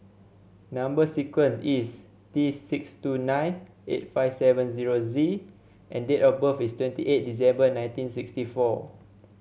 number sequence is T six two nine eight five seven zero Z and date of birth is twenty eight December nineteen sixty four